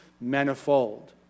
manifold